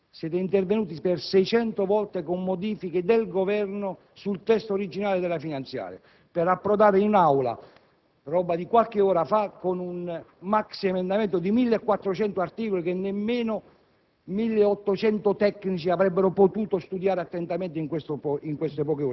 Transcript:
assolutamente negativa. Siete intervenuti per 600 volte con modifiche del Governo sul testo originario della finanziaria per approdare in Aula, roba di qualche ora fa, con un maxiemendamento di circa 1.400 commi, che nemmeno